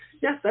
Yes